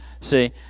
See